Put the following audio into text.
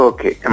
Okay